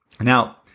Now